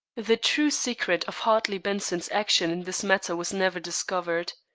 the true secret of hartley benson's action in this matter was never discovered.